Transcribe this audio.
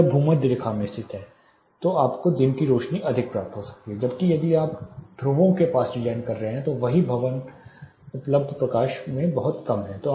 यदि आप भूमध्य रेखा में स्थित हैं तो आपको दिन की रोशनी से अधिक प्राप्त हो सकता है जबकि यदि आप ध्रुवों के पास डिज़ाइन कर रहे हैं तो वही भवन उपलब्ध प्रकाश से बहुत कम है